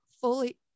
fully